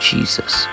Jesus